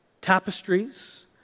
tapestries